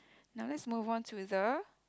now let's move on to the